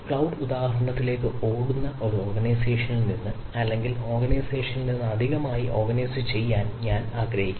cloud ഉദാഹരണത്തിലേക്ക് ഓടുന്ന ഒരു ഓർഗനൈസേഷനിൽ നിന്ന് അല്ലെങ്കിൽ ഓർഗനൈസേഷനിൽ നിന്ന് അധികമായി ഓർഗനൈസുചെയ്യാൻ ഞാൻ ആഗ്രഹിക്കുന്നു